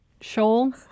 shoal